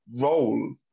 role